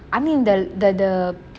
I mean the the the